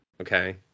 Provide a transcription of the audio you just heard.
Okay